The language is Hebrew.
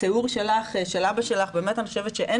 התיאור שלך את אבא שלך באמת אני חושבת שאין